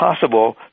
possible